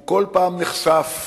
הוא כל פעם נחשף,